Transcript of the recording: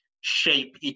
shape